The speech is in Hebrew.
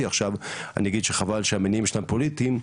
עכשיו אני אגיד שחבל שהמניעים שלהם פוליטיים,